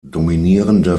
dominierende